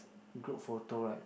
group photo right